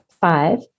Five